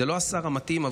זה לא השר המתאים,